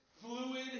fluid